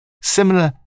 similar